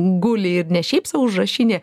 guli ir ne šiaip sau užrašinė